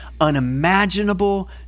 unimaginable